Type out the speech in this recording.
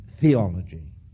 theology